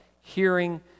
hearing